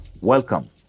Welcome